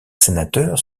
sénateurs